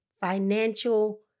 financial